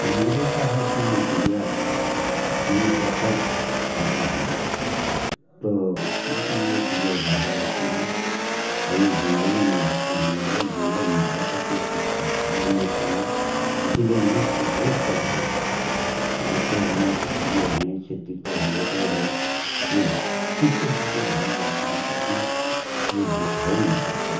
हमने देखा है कि यह चिड़ियाँ मनुष्य अक्सर खाता है तो इसलिए यह चिड़ियाँ यह बाहर रहती है और यह जंगलों में रहती हैं लोग जंगल में जा करके इसकी शिकार कर भी लेते हैं इसलिए मनुष्य को देख करके जैसे हैं कुछ चिड़ियाँ हैं जैसे तीतर हैं बटेर है यह चुप्पे चुप्पे भाग जाती हैं ताकी यह दिखाई नहीं पड़ती है